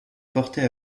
portées